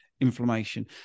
inflammation